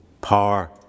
power